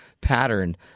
pattern